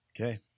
Okay